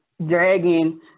dragging